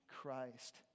Christ